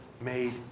Made